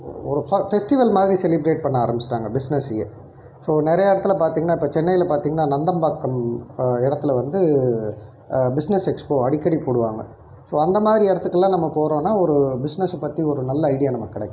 ஒரு பெஸ்டிவல் மாதிரி செலிப்ரேட் பண்ண ஆரமிச்சிவிட்டாங்க பிஸ்னசையே ஸோ நிறையா இடத்தில் பார்த்திங்கன்னா இப்போ சென்னையில் பார்த்திங்கன்னா நந்தம்பாக்கம் இடத்தில் வந்து பிஸ்னஸ் எக்ஸ்ப்போ அடிக்கடி போடுவாங்க ஸோ அந்த மாதிரி இடத்துக்கெல்லாம் நம்ம போறோம்ன்னா ஒரு பிசினஸை பற்றி ஒரு நல்ல ஐடியா நமக்கு கிடைக்குது